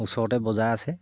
ওচৰতে বজাৰ আছে